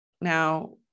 Now